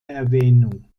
erwähnung